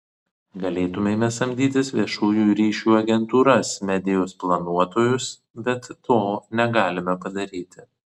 galėtumėme samdytis viešųjų ryšių agentūras medijos planuotojus bet to negalime padaryti